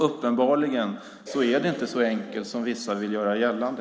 Uppenbarligen är det inte så enkelt som vissa vill göra gällande.